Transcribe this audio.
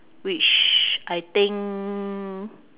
which I think